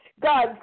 god